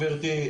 גבירתי.